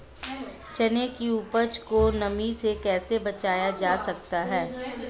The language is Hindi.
चने की उपज को नमी से कैसे बचाया जा सकता है?